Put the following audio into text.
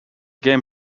game